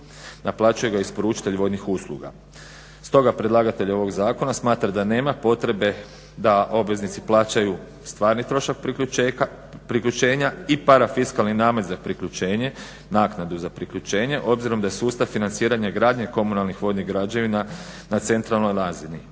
naplaćuje ga isporučitelj vodnih usluga. Stoga predlagatelj ovog zakon smatra da nema potrebe da obveznici plaćaju stvarni trošak priključenja i parafiskalni namet za priključenje, naknadu za priključenje obzirom da je sustav financiranja i gradnje komunalnih vodnih građevina na centralnoj razini.